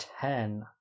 ten